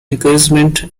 encouragement